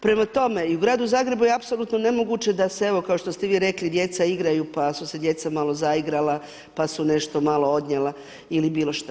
Prema tome i u gradu Zagrebu je apsolutno nemoguće da se evo kao što ste vi rekli djeca igraju pa su se djeca malo zaigrala pa su nešto malo odnijela ili bilo šta.